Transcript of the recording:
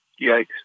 Yikes